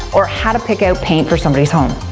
or how to pick out paint for somebody's home.